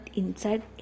inside